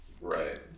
Right